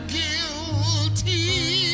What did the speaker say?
guilty